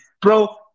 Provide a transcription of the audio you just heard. Bro